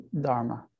dharma